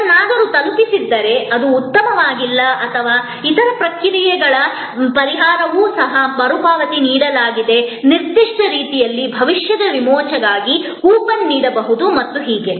ಏನನ್ನಾದರೂ ತಲುಪಿಸಿದ್ದರೆ ಅದು ಉತ್ತಮವಾಗಿಲ್ಲ ಮತ್ತು ಇತರ ಪ್ರಕಾರಗಳ ಪರಿಹಾರವೂ ಸಹ ಮರುಪಾವತಿ ನೀಡಲಾಗಿದೆ ನಿರ್ದಿಷ್ಟ ರೀತಿಯಲ್ಲಿ ಭವಿಷ್ಯದ ವಿಮೋಚನೆಗಾಗಿ ಕೂಪನ್ ನೀಡಬಹುದು ಮತ್ತು ಹೀಗೆ